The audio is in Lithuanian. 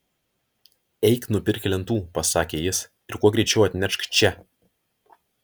eik nupirk lentų pasakė jis ir kuo greičiau atnešk čia